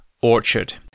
Orchard